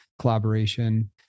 collaboration